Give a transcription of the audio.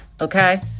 Okay